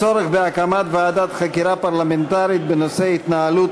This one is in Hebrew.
הצורך בהקמת ועדת חקירה פרלמנטרית בנושא התנהלות